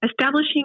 establishing